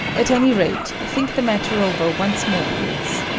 at any rate, think the matter over once more, please.